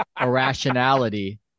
irrationality